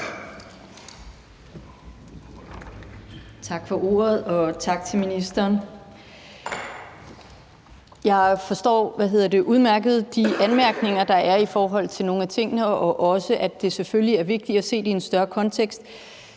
Tak for ordet, og tak til ministeren. Jeg forstår udmærket de anmærkninger, der er i forhold til nogle af tingene, og også, at det selvfølgelig er vigtigt at se det i en større kontekst.